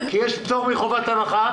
כי יש פטור מחובת הנחה.